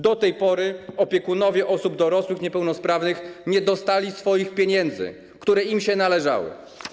Do tej pory opiekunowie osób dorosłych niepełnosprawnych nie dostali swoich pieniędzy, które im się należały.